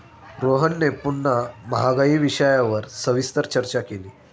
रोहनने पुन्हा महागाई विषयावर सविस्तर चर्चा केली